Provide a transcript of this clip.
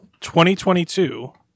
2022